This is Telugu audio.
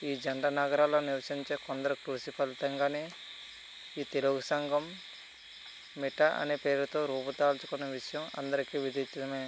ఈ జంట నగరాలలో నివసించే కొందరి కృషి ఫలితంగా ఈ తెలుగు సంఘం మిటా అనే పేరుతో రూపు దాల్చుకున్న విషయం అందరికి విదితం